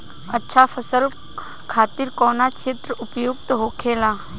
अच्छा फसल खातिर कौन क्षेत्र उपयुक्त होखेला?